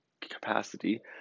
capacity